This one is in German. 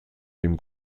dem